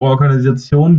organisationen